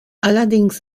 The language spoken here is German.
allerdings